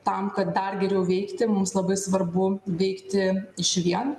tam kad dar geriau veikti mums labai svarbu veikti išvien